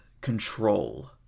Control